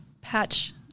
patch